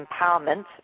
empowerment